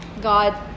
God